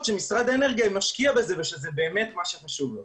שמשרד האנרגיה משקיע בזה וזה באמת מה שחשוב לו.